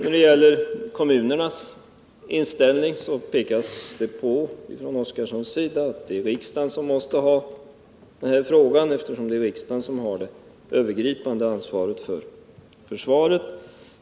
När det gäller kommunernas inställning framhöll Gunnar Oskarson att riksdagen måste fälla avgörandet, eftersom riksdagen har det övergripande ansvaret för försvaret.